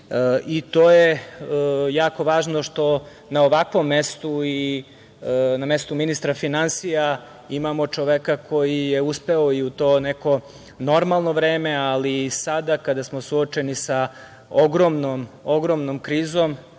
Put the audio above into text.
je jako važno što na ovakvom mestu i na mestu ministra finansija imamo čoveka koji je uspeo i u to neko normalno vreme, ali i sada kada smo suočeni sa ogromnom,